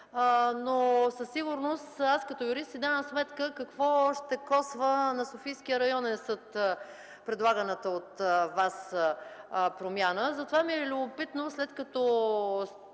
но със сигурност аз като юрист си давам сметка какво ще коства на Софийския районен съд предлаганата от Вас промяна, затова ми е любопитно, след като